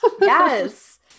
Yes